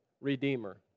Redeemer